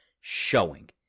showing